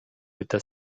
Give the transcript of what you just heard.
with